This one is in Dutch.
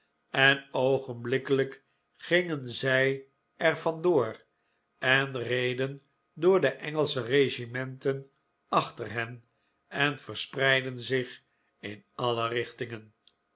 en oogenblikkelijk gingen zij er van door en reden door de engelsche regimenten achter hen en verspreidden zich in alle richtingen